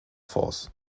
force